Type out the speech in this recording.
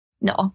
No